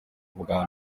ubwa